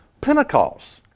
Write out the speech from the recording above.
Pentecost